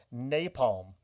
napalm